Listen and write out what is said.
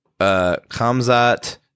Kamzat